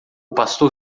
pastor